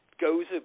goes